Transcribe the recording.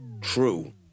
true